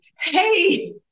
hey